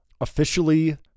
officially